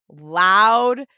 loud